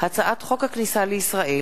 הצעת חוק הכניסה לישראל